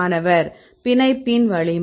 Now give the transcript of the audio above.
மாணவர் பிணைப்பின் வலிமை